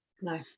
No